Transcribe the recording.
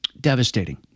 devastating